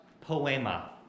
poema